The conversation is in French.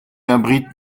abrite